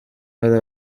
hari